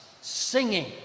singing